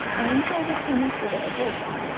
and were returning to their village.